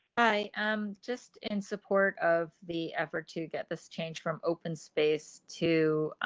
i um just in support of the effort to get this change from open space to,